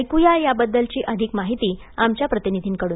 ऐकू या त्याबद्दलची अधिक माहिती आमच्या प्रतिनिधीकडून